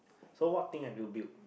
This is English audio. so what thing have you built